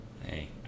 Hey